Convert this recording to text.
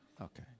Okay